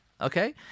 Okay